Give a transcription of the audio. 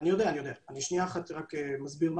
יכול להבטיח לך 100% מוטיבציה,